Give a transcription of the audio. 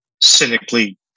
cynically